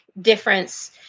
difference